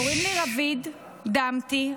קוראים לי רביד דמתי,